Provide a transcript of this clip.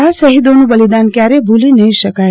આ શહીદોનું બલીદાન કયારેક ભુલી નહી શકાય